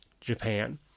Japan